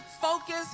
focus